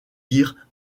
dire